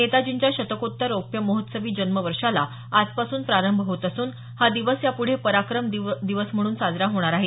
नेताजींच्या शतकोत्तर रौप्यमहोत्सवी जन्मवर्षाला आजपासून प्रारंभ होत असून हा दिवस याप्ढे पराक्रम दिन म्हणून साजरा होणार आहे